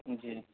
جی